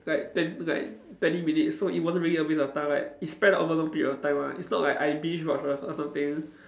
like twen~ like twenty minutes so it wasn't really a waste of time like it span over a long period of time ah it's not like I binge watch or some~ or something